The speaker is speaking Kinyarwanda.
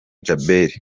djabel